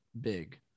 big